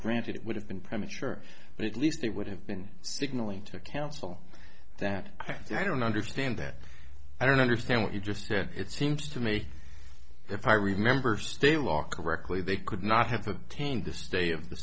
granted it would have been premature but at least it would have been signaling to counsel that i don't understand that i don't understand what you just said it seems to me if i remember state law correctly they could not have obtained the stay of the